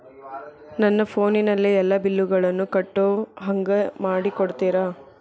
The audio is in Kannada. ನನ್ನ ಫೋನಿನಲ್ಲೇ ಎಲ್ಲಾ ಬಿಲ್ಲುಗಳನ್ನೂ ಕಟ್ಟೋ ಹಂಗ ಮಾಡಿಕೊಡ್ತೇರಾ?